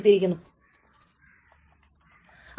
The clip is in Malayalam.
ഇത് റിക്കവറബിൾ അല്ല